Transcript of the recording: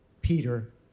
Peter